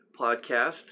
podcast